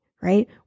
right